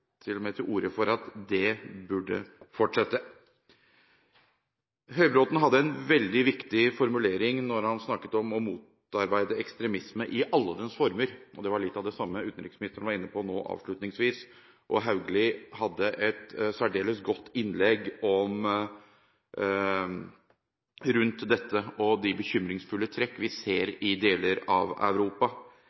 til orde for at det burde fortsette. Høybråten hadde en veldig viktig formulering da han snakket om å motarbeide ekstremisme i alle dens former. Det var litt av det samme utenriksministeren var inne på nå avslutningsvis. Haugli hadde et særdeles godt innlegg om dette og de bekymringsfulle trekk vi ser i deler av Europa.